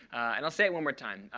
and i'll say it one more time.